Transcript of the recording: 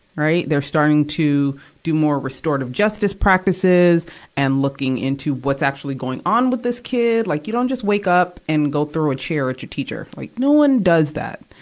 right? they're starting to do more restorative justice practices and looking into what's actually going on with this kid. like, you don't just wake up and throw a chair at your teacher. like, no one does that.